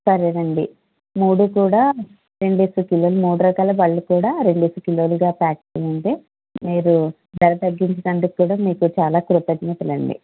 సరేనండి మూడు కూడా రెండేసి కిలోలు మూడు రకాల పండ్లు కూడా రెండేసి కిలోలుగా ప్యాక్ చెయ్యండి మీరు ధర తగ్గించినందుకు కూడా మీకు చాలా కృతజ్ఞతలండి